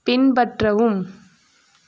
பின்பற்றவும்